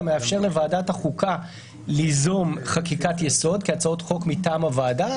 המאפשר לוועדת החוקה ליזום חקיקת יסוד כהצעות חוק מטעם הוועדה.